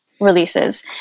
Releases